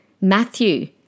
Matthew